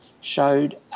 showed